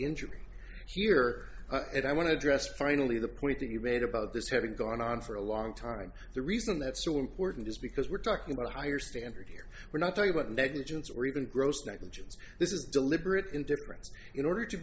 injured here and i want to address finally the point that you made about this having gone on for a long time the reason that's so important is because we're talking about a higher standard here we're not talking about negligence or even gross negligence this is deliberate indifference in order to